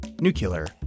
Nuclear